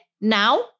now